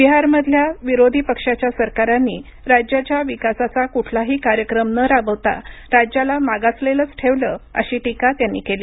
बिहारमधल्या विरोधी पक्षाच्या सरकारांनी राज्याच्या विकासाचा कुठलाही कार्यक्रम न राबवता राज्याला मागासलेलंच ठेवलं अशी टीका त्यांनी केली